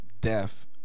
death